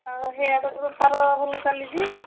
ଆଉ ସିଆଡ଼ୁ ବେପାର ଭଲ ଚାଲିଛି